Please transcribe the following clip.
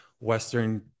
Western